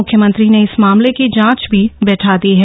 मुख्यमंत्री ने इस मामले की जांच भी बैठा दी है